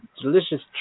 delicious